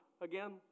again